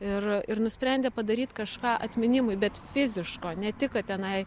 ir ir nusprendė padaryt kažką atminimui bet fiziško ne tik kad tenai